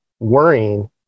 worrying